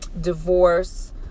Divorce